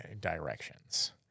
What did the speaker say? directions